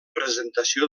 presentació